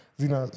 zina